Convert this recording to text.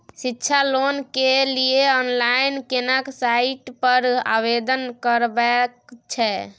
शिक्षा लोन के लिए ऑनलाइन केना साइट पर आवेदन करबैक छै?